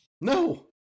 No